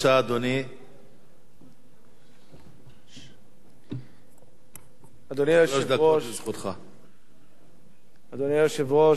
אדוני היושב-ראש,